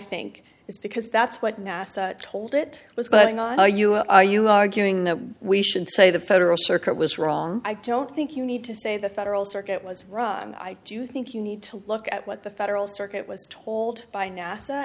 think it's because that's what nasa told it was going on are you are you arguing that we should say the federal circuit was wrong i don't think you need to say the federal circuit was ron i do think you need to look at what the federal circuit was told by nasa